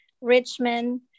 Richmond